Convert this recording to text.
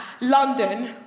London